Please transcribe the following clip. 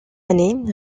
année